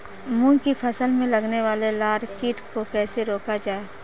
मूंग की फसल में लगने वाले लार कीट को कैसे रोका जाए?